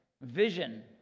vision